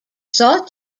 saw